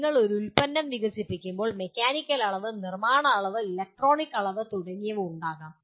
നിങ്ങൾ ഒരു ഉൽപ്പന്നം വികസിപ്പിക്കുമ്പോൾ മെക്കാനിക്കൽ അളവ് നിർമ്മാണ അളവ് ഇലക്ട്രോണിക്സ് അളവ് തുടങ്ങിയവ ഉണ്ടാകാം